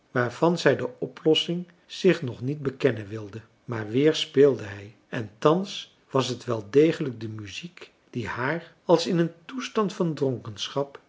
waarvan zij de oplossing zich nog niet bekennen wilde maar weer speelde hij en thans was het wel degelijk de muziek die haar als in een toestand van